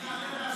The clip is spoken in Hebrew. אני אעלה להשיב.